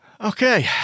Okay